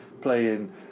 playing